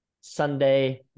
sunday